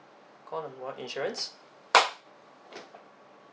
call one insurance